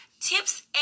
tips